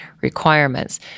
requirements